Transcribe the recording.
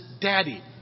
Daddy